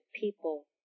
people